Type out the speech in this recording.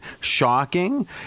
shocking